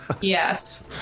Yes